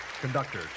conductor